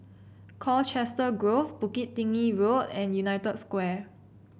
Colchester Grove Bukit Tinggi Road and United Square